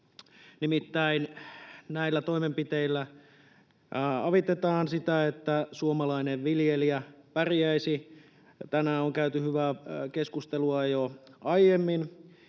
Nimittäin näillä toimenpiteillä avitetaan sitä, että suomalainen viljelijä pärjäisi. Tänään on käyty hyvää keskustelua jo aiemmin,